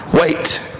wait